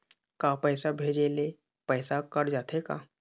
का पैसा भेजे ले पैसा कट जाथे का?